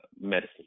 medicine